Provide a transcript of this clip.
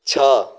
छह